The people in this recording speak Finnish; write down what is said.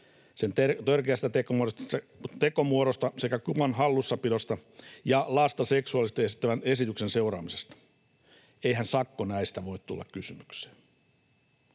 sen törkeästä tekomuodosta sekä kuvan hallussapidosta ja lasta seksuaalisesti esittävän esityksen seuraamisesta. Eihän sakko näistä voi tulla kysymykseen.